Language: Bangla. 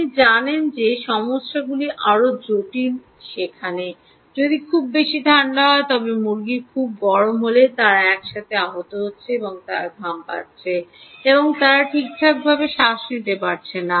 আপনি জানেন যে সমস্যাগুলি সেখানে আরও জটিল সেখানে যদি খুব বেশি ঠান্ডা হয় তবে মুরগি খুব গরম হলে তারা একসাথে আহত হচ্ছে এবং তারা ঘাম পাচ্ছে এবং তারা ঠিকঠাকভাবে শ্বাস নিতে পারছে না